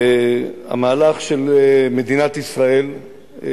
והמהלך של מדינת ישראל,